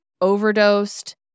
overdosed